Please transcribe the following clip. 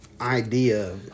idea